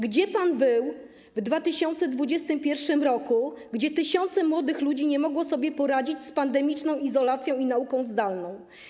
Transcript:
Gdzie pan był w 2021 r., gdy tysiące młodych ludzi nie mogło sobie poradzić z pandemiczną izolacją i nauką zdalną?